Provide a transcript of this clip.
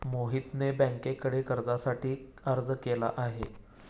मोहितने बँकेकडे कर्जासाठी अर्ज केला आहे